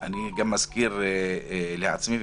אני מזכיר לעצמי,